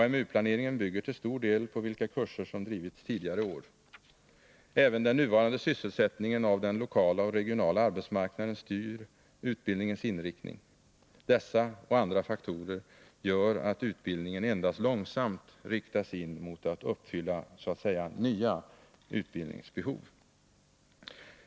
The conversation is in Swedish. AMU-planeringen bygger till stor del på vilka kurser som drivits tidigare år. Även den nuvarande sammansättningen av den lokala och regionala arbetsmarknaden styr utbildningens inriktning. Dessa och andra faktorer gör att utbildningen endast långsamt riktas in mot att uppfylla ”nya” utbildningsbehov.